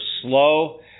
slow